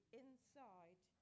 inside